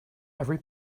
every